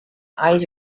eyes